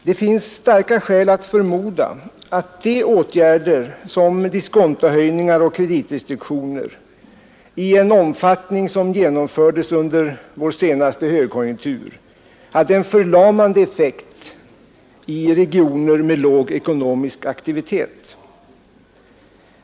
Det är mycket troligt att åtgärder som diskontohöjningar och kreditrestriktioner, i den omfattning som de genomförts under vår senaste konjunktur, hade en förlamande effekt på regioner med låg ekonomisk aktivitet.